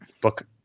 book